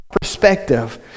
perspective